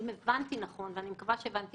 אם הבנתי נכון, ואני מקווה שהבנתי